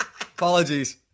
Apologies